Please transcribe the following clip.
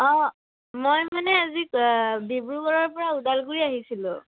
অঁ মই মানে আজি ডিব্ৰুগড়ৰ পৰা ওদালগুৰি আহিছিলোঁ